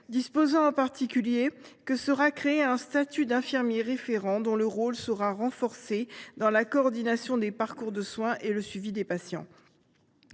ci prévoit, en particulier, la création d’un statut d’infirmier référent, dont le rôle sera renforcé dans la coordination des parcours de soins et le suivi des patients.